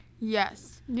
Yes